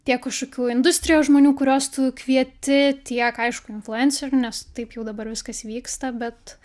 tiek kažkokių industrijos žmonių kuriuos tu kvieti tiek aišku influencerių nes taip jau dabar viskas vyksta bet